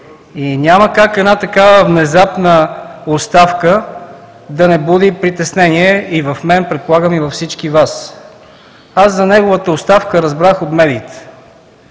и няма как една такава внезапна оставка да не буди притеснение и в мен, предполагам, и във всички Вас. За неговата оставка разбрах от медиите,